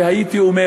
והייתי אומר,